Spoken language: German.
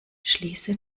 schließe